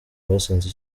basanze